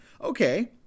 Okay